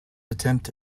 attempt